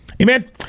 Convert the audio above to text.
Amen